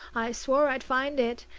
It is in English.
i swore i'd find it,